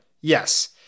Yes